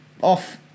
Off